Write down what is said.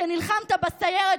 שנלחמת בסיירת,